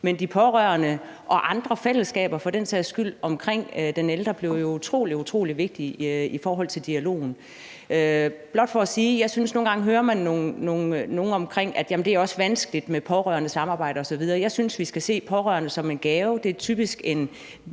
Men de pårørende og andre fællesskaber for den sags skyld omkring den ældre bliver jo utrolig vigtige i forhold til dialogen. Det er blot for at sige, at jeg nogle gange synes, man hører nogle sige, at det også er vanskeligt med pårørendesamarbejdet osv. Jeg synes, vi skal se pårørende som en gave. De er typisk en